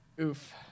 Oof